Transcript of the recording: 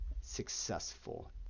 successful